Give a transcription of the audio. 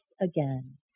again